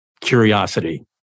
curiosity